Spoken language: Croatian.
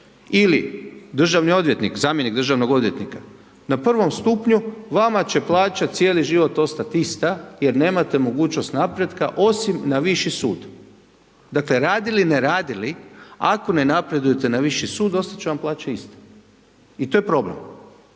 ili državni odvjetnik, zamjenik državnog odvjetnika na prvom stupnju, vama će plaća cijeli život ostat ista jer nemate mogućnost napretka, osim na viši sud. Dakle, radili, ne radili, ako ne napredujete na viši sud, ostat će vam plaća ista i to je problem,